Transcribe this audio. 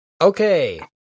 okay